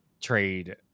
trade